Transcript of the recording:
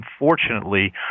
unfortunately